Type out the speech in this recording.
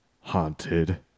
haunted